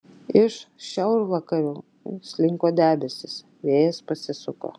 iš šiaurvakarių slinko debesys vėjas pasisuko